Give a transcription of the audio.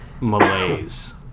malaise